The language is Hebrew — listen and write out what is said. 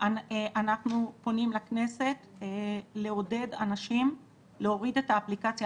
אנחנו פונים לכנסת לעודד אנשים להוריד את האפליקציה.